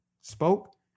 spoke